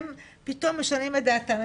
הם פתאום משנים את דעתם,